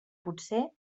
potser